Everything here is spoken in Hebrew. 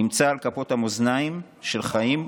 נמצא על כפות המאזניים של חיים ומוות.